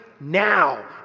now